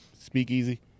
speakeasy